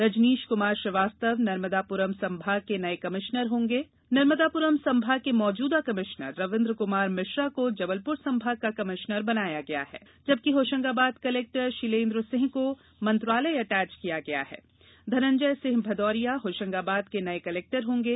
रजनीश कुमार श्रीवास्तव नर्मदापुरम संभाग के नए कमिश्नर होंगे नर्मदापुरम संभाग के मौजूदा कमिश्नर रवींद्र कुमार मिश्रा को जबलपुर संभाग का कमिश्नर बनाया गया है जबकि होशंगाबाद कलेक्टर शीलेंद्र सिंह को मंत्रालय अटैच किया गया है धनंजय सिंह भदौरिया होशंगाबाद के नए कलेक्टर होंगे